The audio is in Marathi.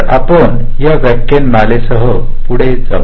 तर आपण या व्याख्यानासह पुढे जाऊ